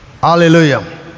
Hallelujah